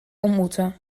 ontmoeten